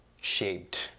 shaped